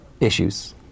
issues